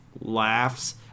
laughs